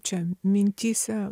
čia mintyse